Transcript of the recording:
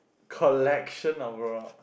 collection of rocks